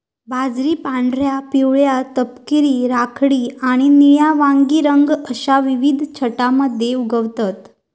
बाजरी पांढऱ्या, पिवळ्या, तपकिरी, राखाडी आणि निळ्या वांगी रंग अश्या विविध छटांमध्ये उगवतत